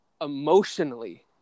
emotionally